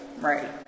Right